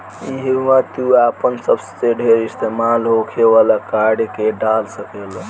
इहवा तू आपन सबसे ढेर इस्तेमाल होखे वाला कार्ड के डाल सकेल